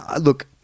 Look